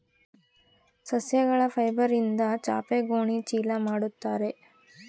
ಸಸ್ಯಗಳ ಫೈಬರ್ಯಿಂದ ಚಾಪೆ ಗೋಣಿ ಚೀಲ ಮಾಡುತ್ತಾರೆ